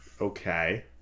Okay